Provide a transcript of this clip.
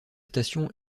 station